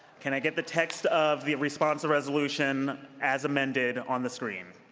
can i get the text of the responsive resolution ads amended on the screen?